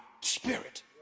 spirit